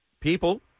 people